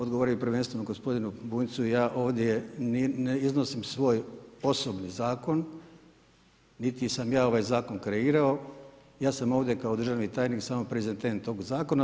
Odgovorio bi prvenstveno gospodinu Bunjcu, ja ovdje, ne iznosim svoj osobni zakon, niti sam ja ovaj zakon kreirao, ja sam ovdje kao državni tajnik samo prezentant tog zakona.